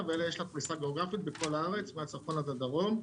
שיש לה פריסה בכל הארץ מהצפון עד הדרום.